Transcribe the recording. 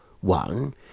One